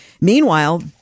Meanwhile